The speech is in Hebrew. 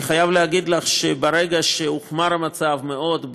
אני חייב להגיד לך שברגע שהמצב הוחמר מאוד,